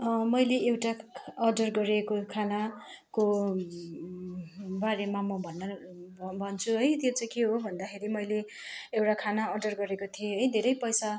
मैले एउटा अर्डर गरेको खानाको बारेमा म भन्न भन्छु है त्यो चाहिँ के हो भन्दाखेरि मैले एउटा खाना अर्डर गरेको थिएँ है धेरै पैसा